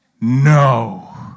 No